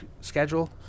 schedule